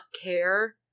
care